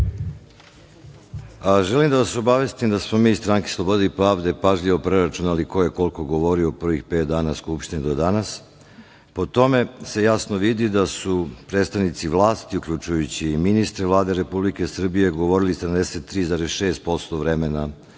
Želim da vas obavestim da smo mi iz Stranke slobode i pravde pažljivo preračunali ko je koliko govorio u prvih pet dana Skupštine do danas. Po tome se jasno vidi da su predstavnici vlasti, uključujući i ministre Vlade Republike Srbije, govorili 73,6% vremena